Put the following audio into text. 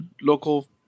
local